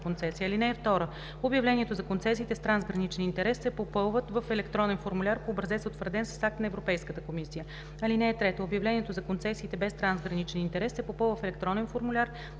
(2) Обявлението за концесиите с трансграничен интерес се попълва в електронен формуляр по образец, утвърден с акт на Европейската комисия. (3) Обявлението за концесиите без трансграничен интерес се попълва в електронен формуляр,